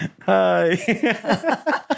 Hi